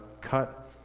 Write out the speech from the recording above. cut